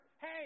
Hey